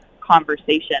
conversation